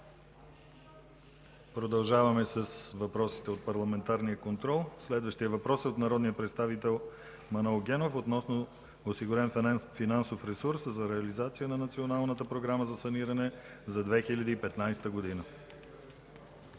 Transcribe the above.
Продължаваме с въпросите от парламентарния контрол. Следващият въпрос е от народния представител Манол Генов относно осигурен финансов ресурс за реализация на Националната програма за саниране за 2015 г.